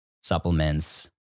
supplements